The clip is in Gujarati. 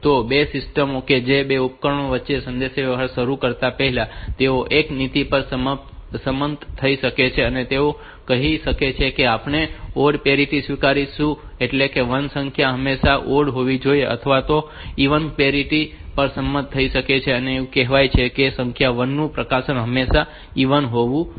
તો બે સિસ્ટમો કે જે બે ઉપકરણો વચ્ચે સંદેશાવ્યવહાર શરૂ કરતા પહેલા તેઓ એક નીતિ પર સંમત થઈ શકે છે અને તેઓ એવું કહી શકે છે કે આપણે ઓડ પેરીટી સ્વીકારીશું એટલે કે 1 ની સંખ્યા હંમેશા ઓડ હોવી જોઈએ અથવા તેઓ ઇવન પેરીટી પર સંમત થઈ શકે છે અને એવું કહે છે કે સંખ્યા 1 નું પ્રસારણ હંમેશા ઇવન હોવું જોઈએ